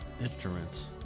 instruments